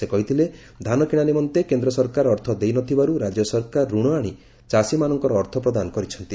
ସେ କହିଥିଲେ ଧାନ କିଶା ନିମନ୍ତେ କେନ୍ଦ ସରକାର ଅର୍ଥ ଦେଇନଥିବାର୍ ରାଜ୍ୟ ସରକାର ଋଣ ଆଣି ଚାଷୀମାନଙ୍କର ଅର୍ଥ ପ୍ରଦାନ କରିଛନ୍ତି